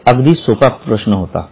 हा एक अगदी सोपा प्रश्न होता